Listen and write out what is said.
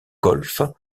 golfe